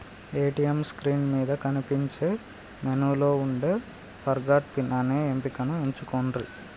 ATM screen మీద కనిపించే మెనూలో వుండే ఫర్గాట్ పిన్ అనే ఎంపికను ఎంచుకొండ్రి